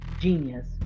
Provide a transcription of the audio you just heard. Genius